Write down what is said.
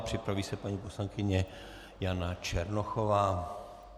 Připraví se paní poslankyně Jana Černochová.